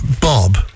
Bob